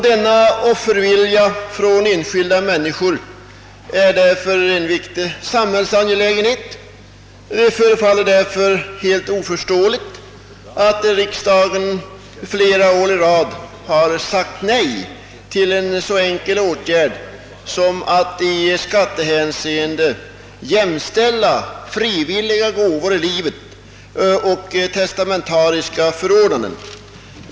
Denna offervilja från enskilda människor är därför en viktig samhällsangelägenhet, och det är helt oförståeligt att riksdagen i flera år i rad sagt nej till en så enkel åtgärd som att i skattehänseende jämställa frivilliga gåvor i livet och testamentariska förordnanden.